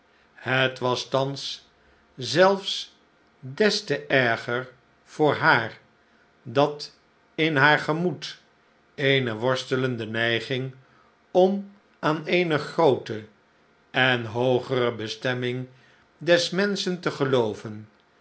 het was thans zelfs des te erger voor haar dat in haar gemoed eene worstelende neiging om aan eene grootere en hoogere bestemming des menschen te gelooven